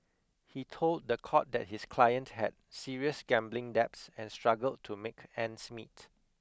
he told the court that his client had serious gambling debts and struggled to make ends meet